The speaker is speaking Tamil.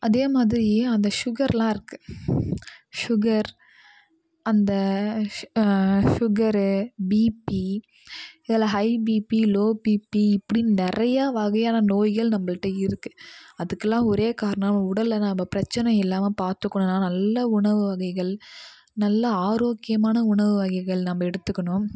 அதே மாதிரி அந்த சுகர்லாம் இருக்குது சுகர் அந்த சுகர் பீப்பி இதில் ஹை பீப்பி லோ பீப்பி இப்படின் நிறைய வகையான நோய்கள் நம்மள்ட்ட இருக்குது அதுக்குலாம் ஒரே காரணம் உடல்ல நம்ம பிரச்சனை இல்லாமல் பார்த்துக்கணுன்னா நல்ல உணவு வகைகள் நல்லா ஆரோக்கியமான உணவு வகைகள் நம்ம எடுத்துக்கணும்